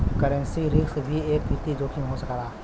currency risk भी एक वित्तीय जोखिम हो सकला